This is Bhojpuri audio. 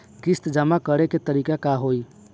किस्त जमा करे के तारीख का होई?